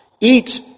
eat